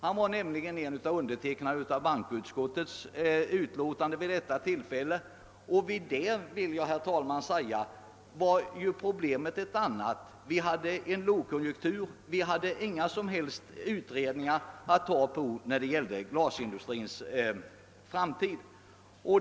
Han var en av undertecknarna av bankoutskottets utlåtande vid detta tillfälle, men problemet var då ett annat. Vi hade en lågkonjunktur och inga som helst utredningar att bygga på när det gällde glasindustrins framtid.